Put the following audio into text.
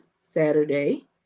saturday